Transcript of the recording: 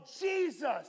Jesus